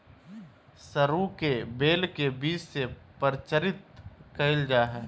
सरू के बेल के बीज से प्रचारित कइल जा हइ